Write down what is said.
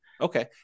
Okay